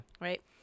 Right